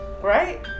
Right